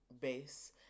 base